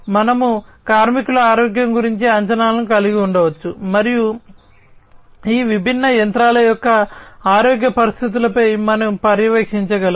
మనము కార్మికుల ఆరోగ్యం గురించి అంచనాలను కలిగి ఉండవచ్చు మరియు ఈ విభిన్న యంత్రాల యొక్క ఆరోగ్య పరిస్థితులపై మనము పర్యవేక్షించగలము